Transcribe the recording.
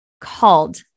called